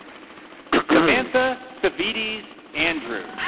samantha sevetes andrew.